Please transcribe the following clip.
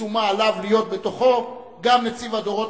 שומה עליו להיות בתוכו גם נציב הדורות